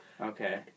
Okay